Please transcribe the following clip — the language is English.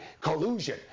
collusion